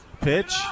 Pitch